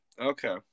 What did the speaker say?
Okay